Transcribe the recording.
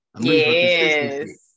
yes